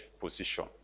position